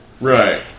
Right